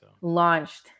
launched